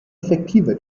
effektiver